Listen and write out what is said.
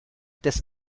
des